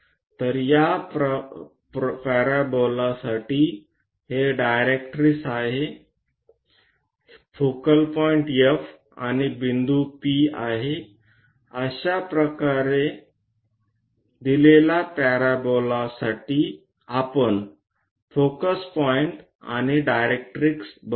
तर या पॅराबोलासाठी हे डायरेक्ट्रिक्स आहे फोकल पॉईंट F आणि बिंदू P आहे अशाप्रकारे दिलेल्या पॅरोबोलासाठी आपण फोकस पॉईंट आणि डायरेक्ट्रिक्स बनवितो